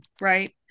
right